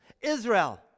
Israel